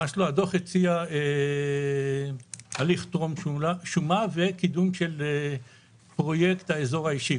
הדוח הציע הליך טרום שומה וקידום של פרויקט האזור האישי,